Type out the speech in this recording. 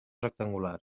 rectangular